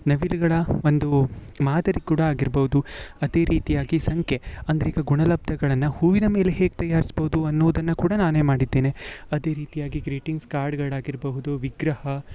ನವಿಲುಗಳ ಒಂದು ಮಾದರಿ ಕೂಡ ಆಗಿರ್ಬೋದು ಅದೇ ರೀತಿಯಾಗಿ ಸಂಖ್ಯೆ ಅಂದರೆ ಈಗ ಗುಣಲಬ್ಧಗಳನ್ನು ಹೂವಿನ ಮೇಲೆ ಹೇಗೆ ತಯಾರಿಸ್ಬೌದು ಅನ್ನೋದನ್ನು ಕೂಡ ನಾನೇ ಮಾಡಿದ್ದೇನೆ ಅದೇ ರೀತಿಯಾಗಿ ಗ್ರೀಟಿಂಗ್ಸ್ ಕಾರ್ಡ್ ಗಾರ್ಡ್ ಆಗಿರ್ಬಹುದು ವಿಗ್ರಹ